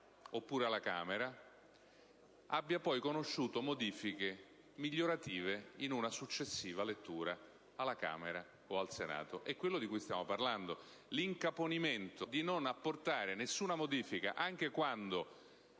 oppure alla Camera, abbia poi conosciuto modifiche migliorative in una successiva lettura alla Camera o al Senato? È quello di cui stiamo parlando. L'incaponimento nel non apportare nessuna modifica, anche quando